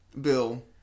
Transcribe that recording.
Bill